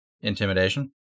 Intimidation